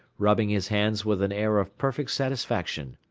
rubbing his hands with an air of perfect satisfaction.